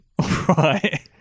Right